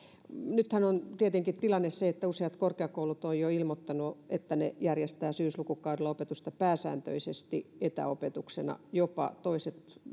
nythän tietenkin tilanne on se että useat korkeakoulut ovat jo ilmoittaneet että ne järjestävät syyslukukaudella opetusta pääsääntöisesti etäopetuksena toiset jopa